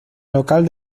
local